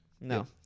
No